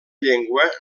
llengua